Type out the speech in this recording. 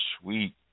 sweet